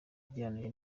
ugereranyije